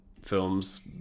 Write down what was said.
films